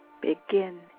begin